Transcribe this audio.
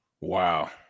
Wow